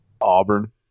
Auburn